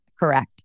Correct